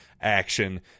action